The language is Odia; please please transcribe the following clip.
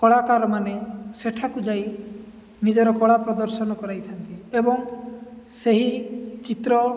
କଳାକାର ମାନେ ସେଠାକୁ ଯାଇ ନିଜର କଳା ପ୍ରଦର୍ଶନ କରାଇଥାନ୍ତି ଏବଂ ସେହି ଚିତ୍ର